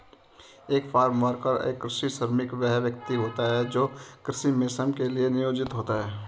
एक farm worker या कृषि श्रमिक वह व्यक्ति होता है जो कृषि में श्रम के लिए नियोजित होता है